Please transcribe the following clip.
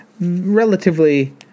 relatively